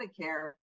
Medicare